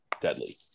deadly